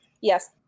Yes